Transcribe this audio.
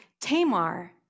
Tamar